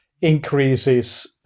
increases